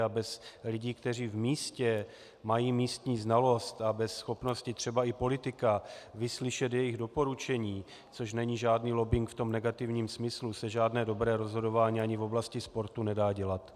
A bez lidí, kteří v místě mají místní znalost, a bez schopnosti třeba i politika vyslyšet jejich doporučení, což není žádný lobbing v tom negativním smyslu, se žádné dobré rozhodování ani v oblasti sportu nedá dělat.